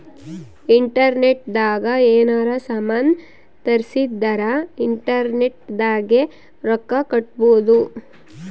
internet ದಾಗ ಯೆನಾರ ಸಾಮನ್ ತರ್ಸಿದರ ಇಂಟರ್ನೆಟ್ ದಾಗೆ ರೊಕ್ಕ ಕಟ್ಬೋದು